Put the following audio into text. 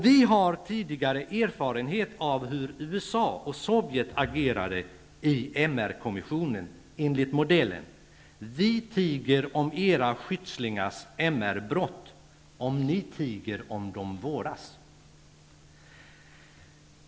Vi har tidigare erfarenhet av hur USA och Sovjet agerade i MR-kommissionen enligt modellen ''vi tiger om era skyddslingars MR-brott om ni tiger om de våras''.